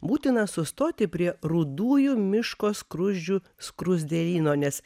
būtina sustoti prie rudųjų miško skruzdžių skruzdėlyno nes